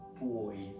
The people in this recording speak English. boys